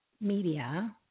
media